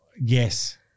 Yes